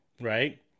right